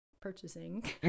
purchasing